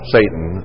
Satan